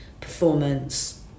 performance